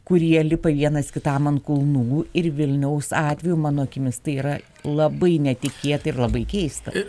kurie lipa vienas kitam ant kulnų ir vilniaus atveju mano akimis tai yra labai netikėta ir labai keista